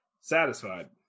satisfied